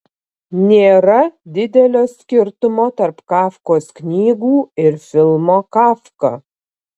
nėra didelio skirtumo tarp kafkos knygų ir filmo kafka